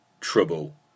trouble